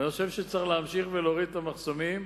ואני חושב שצריך להמשיך ולהוריד את המחסומים.